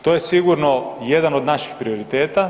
To je sigurno jedan od naših prioriteta.